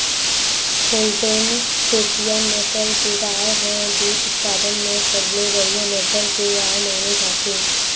Holstein Friesian नसल के गाय ह दूद उत्पादन म सबले बड़िहा नसल के गाय माने जाथे